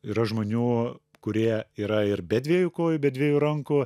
yra žmonių kurie yra ir be dviejų kojų be dviejų rankų